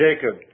Jacob